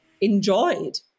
enjoyed